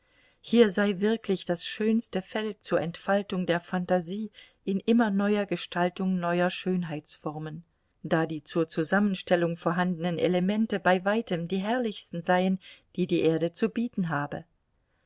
hier sei wirklich das schönste feld zur entfaltung der phantasie in immer neuer gestaltung neuer schönheitsformen da die zur zusammenstellung vorhandenen elemente bei weitem die herrlichsten seien die die erde zu bieten habe